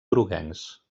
groguencs